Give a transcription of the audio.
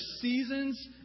seasons